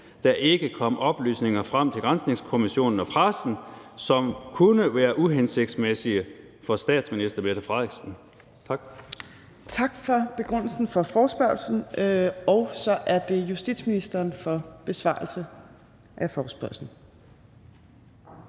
der ikke kom oplysninger frem til granskningskommissionen og pressen, som kunne være uhensigtsmæssige for statsminister Mette Frederiksen? Tak. Kl. 13:04 Tredje næstformand (Trine Torp): Tak for begrundelsen for forespørgslen. Og så er det justitsministeren for en besvarelse af forespørgslen.